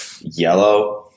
yellow